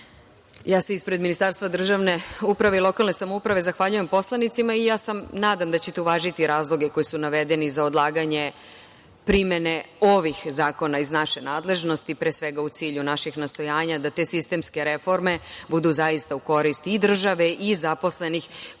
se ispred Ministarstva državne uprave i lokalne samouprave zahvaljujem poslanicima i nadam se da ćete uvažiti razloge koji su navedeni za odlaganje primene ovih zakona iz naše nadležnosti, pre svega u cilju naših nastojanja da te sistemske reforme budu zaista u korist i države i zaposlenih koji